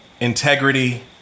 integrity